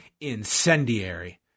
incendiary